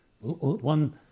one